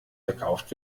gekauft